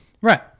Right